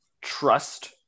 trust